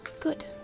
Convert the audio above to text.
Good